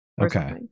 okay